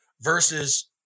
versus